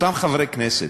אותם חברי כנסת,